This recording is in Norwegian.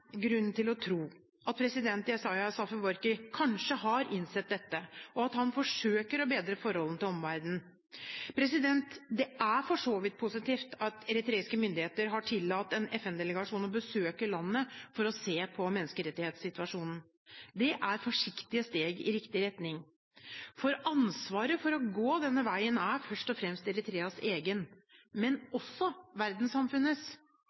til å tro at president Isaias Afewerki kanskje har innsett dette, og at han forsøker å bedre forholdet til omverdenen. Det er for så vidt positivt at eritreiske myndigheter har tillatt en FN-delegasjon å besøke landet for å se på menneskerettighetssituasjonen. Det er forsiktige steg i riktig retning. Ansvaret for å gå denne veien er først og fremst Eritreas eget, men også verdenssamfunnets